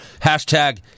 Hashtag